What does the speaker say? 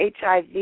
HIV